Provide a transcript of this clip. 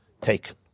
taken